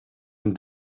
een